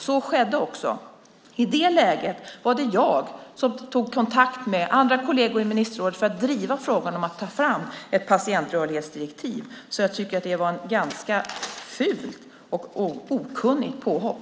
Så blev det också. I det läget var det jag som tog kontakt med andra kolleger i ministerrådet för att driva frågan om att ta fram ett patientrörlighetsdirektiv. Jag tycker att det var ett ganska fult och okunnigt påhopp.